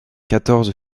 quatorze